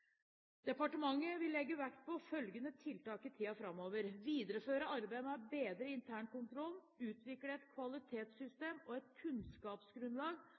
Departementet vil legge vekt på følgende tiltak i tiden framover: videreføre arbeidet med å bedre internkontrollen utvikle et kvalitetssystem og et kunnskapsgrunnlag